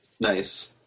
Nice